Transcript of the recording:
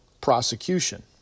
prosecution